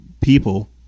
people